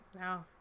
No